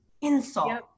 insult